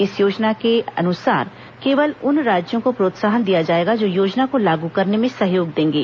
इस योजना के अनुसार केवल उन राज्यों को प्रोत्साहन दिया जायेगा जो योजना को लागू करने में सहयोग देंगे